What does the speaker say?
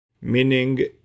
Meaning